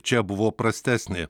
čia buvo prastesnė